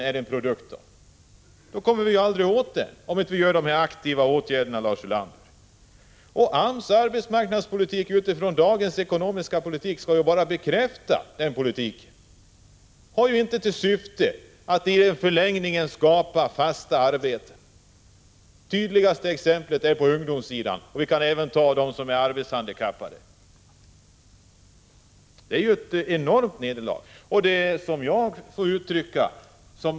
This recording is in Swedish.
Om vi inte vidtar aktiva åtgärder, kommer vi aldrig åt problemen. AMS arbetsmarknadspolitik — på basis av dagens ekonomiska politik — skall ju bara bekräfta den politiken och har inte till syfte att i förlängningen skapa fasta arbeten. Det tydligaste exemplet finns på ungdomssidan. Jag kan också nämna dem som är arbetshandikappade. Detta innebär ju ett enormt nederlag.